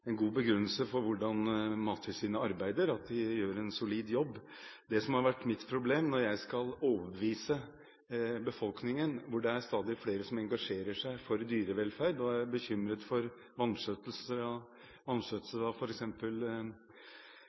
som har vært mitt problem når jeg i den offentlige debatten skal overbevise befolkningen – hvor det er stadig flere som engasjerer seg i dyrevelferd og er bekymret